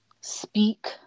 speak